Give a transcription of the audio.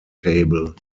table